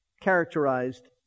characterized